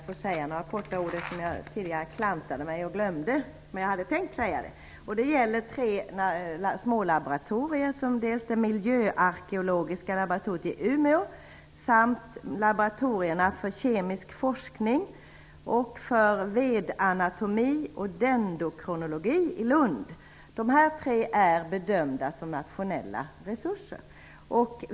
Fru talman! Eftersom jag tidigare klantade mig och glömde en sak jag hade tänkt säga vill jag kort tillägga det här. Det gäller tre smålaboratorier: det miljöarkeologiska laboratoriet i Umeå samt laboratorierna för keramisk forskning, och för vedanatomi och dendrokronologi i Lund. Dessa tre är bedömda som nationella resurser.